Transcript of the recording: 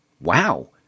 wow